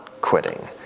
quitting